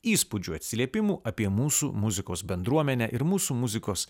įspūdžių atsiliepimų apie mūsų muzikos bendruomenę ir mūsų muzikos